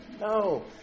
No